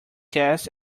cast